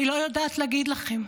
אני לא יודעת להגיד לכם.